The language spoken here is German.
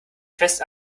fest